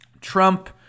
Trump